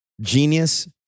Genius